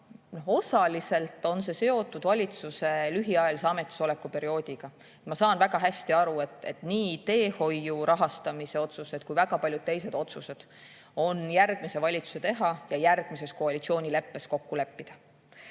aga osaliselt on see seotud valitsuse lühikese ametisoleku perioodiga. Ma saan väga hästi aru, et nii teehoiu rahastamise otsus kui ka väga paljud teised otsused on järgmise valitsuse teha ja järgmises koalitsioonileppes kokku leppida.